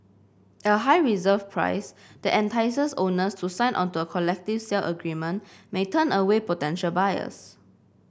a high reserve price that entices owners to sign onto a collective sale agreement may turn away potential buyers